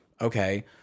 okay